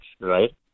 right